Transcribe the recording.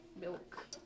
milk